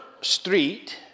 street